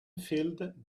filled